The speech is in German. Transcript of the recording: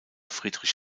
friedrich